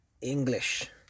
English